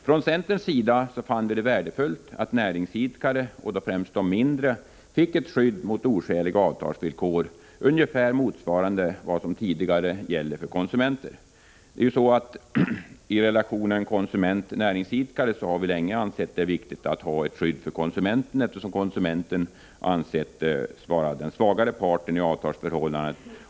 Från centerns sida fann vi det värdefullt att näringsidkare — och då främst de mindre — fick ett skydd mot oskäliga avtalsvillkor ungefär motsvarande det som redan tidigare gäller för konsumenterna. I relationen konsumentnäringsidkare har vi länge ansett det viktigt att ha ett skydd för konsumenten, eftersom konsumenten ansetts vara den svagare parten i avtalsförhållandet.